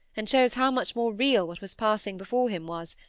and shows how much more real what was passing before him was,